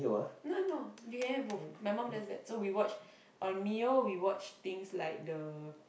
no no you can have both my mum does that so we watch on Mio we watch things like the